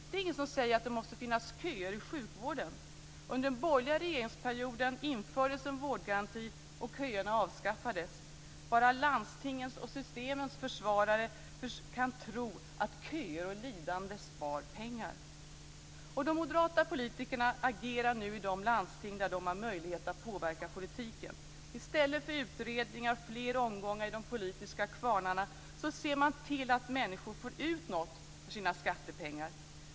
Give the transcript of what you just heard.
Det är inget som säger att det måste finnas köer i sjukvården. Under den borgerliga regeringsperioden infördes en vårdgaranti, och köerna avskaffades. Bara landstingens och systemens försvarare kan tro att köer och lidande sparar pengar. Och de moderata politikerna agerar nu i de landsting där de har möjlighet att påverka politiken. I stället för utredningar och fler omgångar i de politiska kvarnarna ser man till att människor får ut något för sina skattepengar.